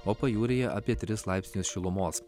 o pajūryje apie tris laipsnius šilumos